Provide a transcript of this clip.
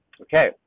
okay